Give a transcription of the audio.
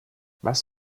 was